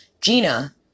Gina